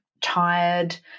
tired